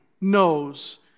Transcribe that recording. knows